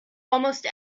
almost